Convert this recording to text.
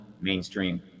mainstream